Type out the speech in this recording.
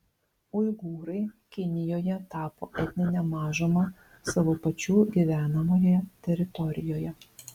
uigūrai kinijoje tapo etnine mažuma savo pačių gyvenamoje teritorijoje